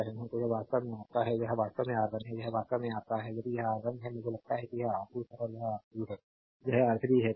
तो यह वास्तव में आपका है यह वास्तव में R1 है यह वास्तव में आपका है यदि यह R1 है मुझे लगता है कि यह R2 है और यह R3 है हाँ यह R3 है तो ठीक है